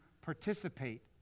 participate